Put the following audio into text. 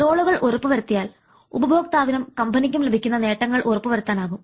റോളുകൾ ഉറപ്പുവരുത്തിയാൽ ഉപഭോക്താവിനും കമ്പനിക്കും ലഭിക്കുന്ന നേട്ടങ്ങൾ ഉറപ്പുവരുത്താൻ ആകും